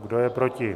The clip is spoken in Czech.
Kdo je proti?